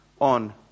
on